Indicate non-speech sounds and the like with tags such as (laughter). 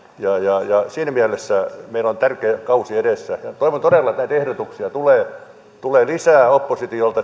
siinä mielessä meillä on tärkeä kausi edessä toivon todella että näitä ehdotuksia tulee tulee lisää oppositiolta (unintelligible)